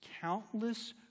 countless